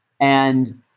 And-